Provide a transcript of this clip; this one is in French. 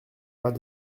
pas